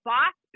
Boss